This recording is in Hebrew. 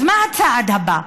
אז מה הצעד הבא?